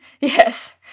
yes